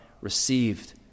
received